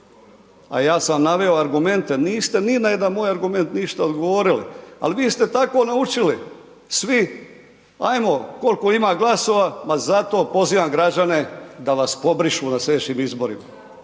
a ja sam naveo argumente, niste ni na jedan moj argument ništa odgovorili, ali vi ste tako naučili svi, ajmo koliko imam glasova, ma zato pozivam građane da vas pobrišu na slijedećim izborima.